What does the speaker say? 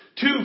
Two